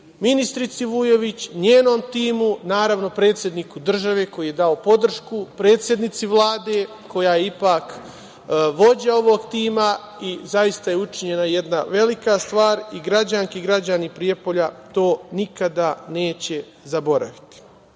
ministrici Vujović, njenom timu, naravno, predsedniku države koji je dao podršku, predsednici Vlade, koja ipak vođa ovog tima i zaista je učinjena jedna velika stvar i građanke i građani Prijepolja to nikada neće zaboraviti. Što